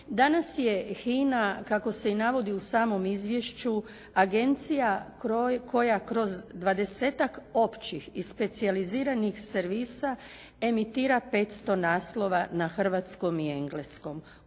Danas je HINA kako se navodi i u samom izvješću agencija koja kroz dvadesetak općih i specijaliziranih servisa emitira 500 naslova na hrvatskom i engleskom.